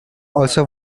also